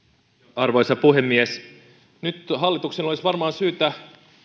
arvoisa puhemies nyt hallituksen olisi varmaan syytä